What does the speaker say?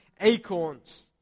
acorns